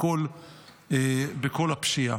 בכל הפשיעה.